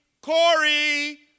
Corey